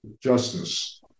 justice